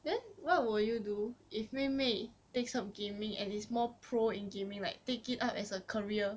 then what would you do if 妹妹 takes up gaming and is more pro in gaming like take it up as a career